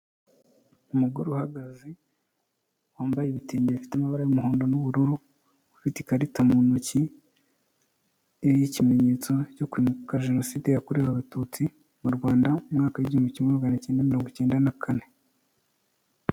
Umugore uhagaze, wambaye ibitenge bifite amabara y'umuhondo n'ubururu, ufite ikarita mu ntoki iriho ikimenyetso cyo wibuka jenoside yakorewe Abatutsi mu Rwanda, mu mwaka w'igihumbi kimwe magana cyenda mirongo icyenda na kane.